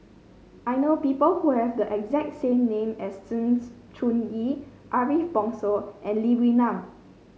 I know people who have the exact same name as Sng Choon Yee Ariff Bongso and Lee Wee Nam